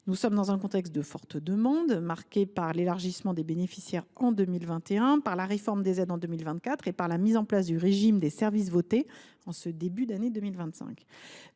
dispositif. Dans un contexte de forte demande, marqué par l’élargissement des bénéficiaires en 2021, la réforme des aides en 2024 et la mise en place du régime des services votés en ce début d’année 2025,